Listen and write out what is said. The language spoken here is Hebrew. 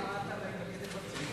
אדוני היושב-ראש,